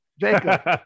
jacob